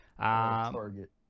Target